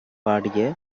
பாடிய